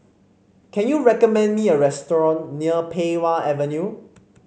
can you recommend me a restaurant near Pei Wah Avenue